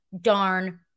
darn